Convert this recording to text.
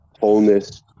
wholeness